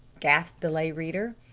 gasped the lay reader.